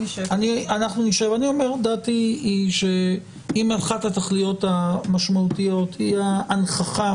דעתי היא שאם אחת התכליות המשמעותיות היא ההנכחה